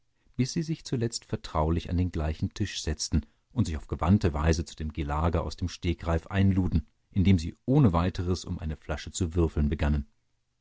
bis sie sich zuletzt vertraulich an den gleichen tisch setzten und sich auf gewandte weise zu dem gelage aus dem stegreif einluden indem sie ohne weiteres um eine flasche zu würfeln begannen